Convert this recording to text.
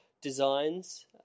designs